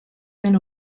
den